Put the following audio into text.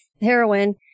heroin